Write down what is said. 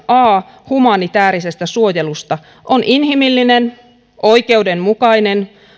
a pykälä humanitäärisestä suojelusta on inhimillinen oikeudenmukainen